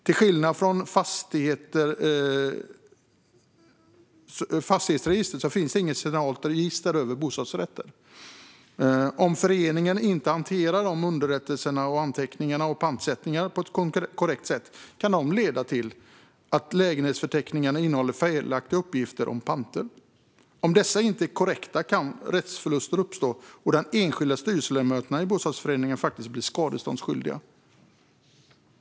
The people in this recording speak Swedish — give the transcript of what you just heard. Till skillnad från fastighetsregistret finns det inget centralt register över bostadsrätter. Om föreningarna inte hanterar underrättelser, anteckningar och pantsättningar på ett korrekt sätt kan det leda till att lägenhetsförteckningarna innehåller felaktiga uppgifter om panter. Om dessa inte är korrekta kan rättsförluster uppstå och de enskilda styrelseledamöterna i bostadsrättsföreningen faktiskt bli skadeståndsskyldiga.